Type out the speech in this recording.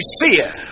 Fear